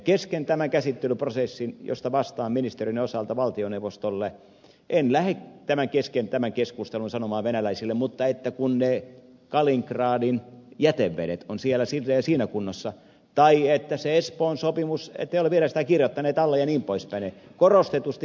kesken tämän käsittelyprosessin josta vastaan ministeriöni osalta valtioneuvostolle en lähde kesken tämän keskustelun sanomaan venäläisille että mutta kun ne kaliningradin jätevedet ovat siellä siinä ja siinä kunnossa tai että se espoon sopimus ette ole sitä vielä kirjoittaneet alle jnp